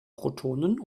protonen